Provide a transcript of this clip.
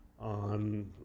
on